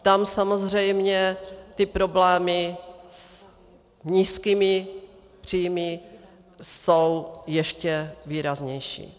Tam samozřejmě problémy s nízkými příjmy jsou ještě výraznější.